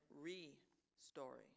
re-story